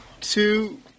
two